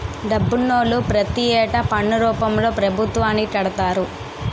డబ్బునోళ్లు ప్రతి ఏటా పన్ను రూపంలో పభుత్వానికి కడతారు